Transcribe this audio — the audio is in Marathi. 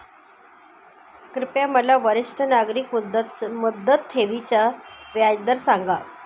कृपया मला वरिष्ठ नागरिक मुदत ठेवी चा व्याजदर सांगा